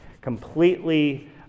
completely